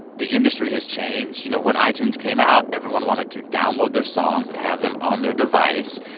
the industry has changed. you know, when itunes came out, everyone wanted to download their songs and have them on their device.